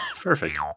Perfect